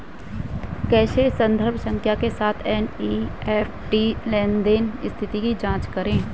कैसे संदर्भ संख्या के साथ एन.ई.एफ.टी लेनदेन स्थिति की जांच करें?